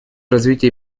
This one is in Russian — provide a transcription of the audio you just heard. развития